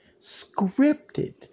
scripted